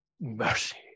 mercy